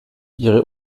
ihre